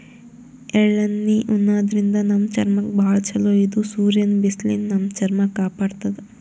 ಎಳ್ಳಣ್ಣಿ ಉಣಾದ್ರಿನ್ದ ನಮ್ ಚರ್ಮಕ್ಕ್ ಭಾಳ್ ಛಲೋ ಇದು ಸೂರ್ಯನ್ ಬಿಸ್ಲಿನ್ದ್ ನಮ್ ಚರ್ಮ ಕಾಪಾಡತದ್